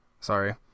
sorry